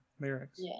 lyrics